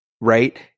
right